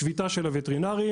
שביתה של הווטרינרים,